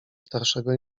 starszego